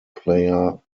player